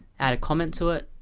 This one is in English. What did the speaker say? add a comment to it,